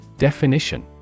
Definition